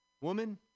Woman